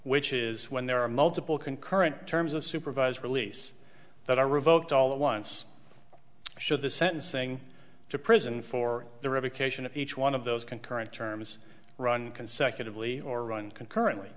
which is when there are multiple concurrent terms of supervised release that are revoked all at once should the sentencing to prison for the revocation of each one of those concurrent terms run consecutively or run concurrently